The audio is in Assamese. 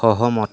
সহমত